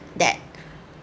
that